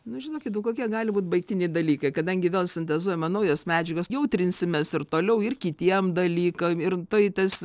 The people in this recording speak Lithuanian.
nu žinokit kokie gali būt baigtiniai dalykai kadangi vėl sintezuojama naujos medžiagos jautrinsimės ir toliau ir kitiem dalykam ir tai tas